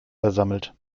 versammelt